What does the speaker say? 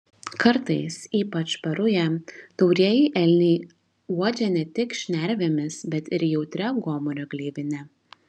kartais ypač per rują taurieji elniai uodžia ne tik šnervėmis bet ir jautria gomurio gleivine